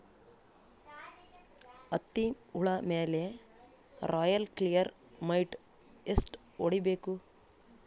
ಹತ್ತಿ ಹುಳ ಮೇಲೆ ರಾಯಲ್ ಕ್ಲಿಯರ್ ಮೈಟ್ ಎಷ್ಟ ಹೊಡಿಬೇಕು?